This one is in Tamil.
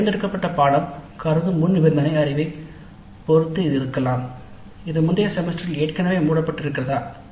இந்த தேர்ந்தெடுக்கப்பட்ட பாடநெறி கருதும் முன்நிபந்தனை அறிவைப் பொறுத்து இது இருக்கலாம் இது முந்தைய செமஸ்டரில் ஏற்கனவே மூடப்பட்டிருக்கிறதா